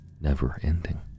never-ending